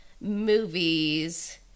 movies